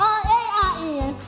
rain